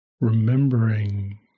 remembering